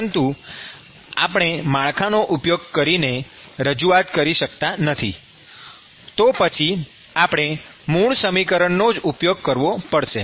પરંતુ જો આપણે માળખાનો ઉપયોગ કરીને રજૂઆત કરી શકતા નથી તો પછી આપણે મૂળ સમીકરણનો જ ઉપયોગ કરવો પડશે